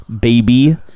Baby